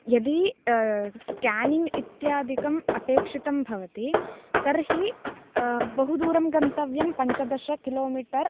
यदि स्केनिङ्ग् इत्यादिकम् अपेक्षितं भवति तर्हि बहु दूरं गन्तव्यं पञ्चदशकिलोमीटर्